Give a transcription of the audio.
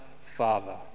Father